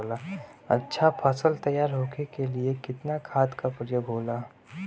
अच्छा फसल तैयार होके के लिए कितना खाद के प्रयोग होला?